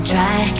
Try